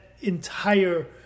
entire